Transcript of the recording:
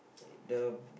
the